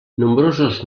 nombrosos